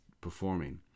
performing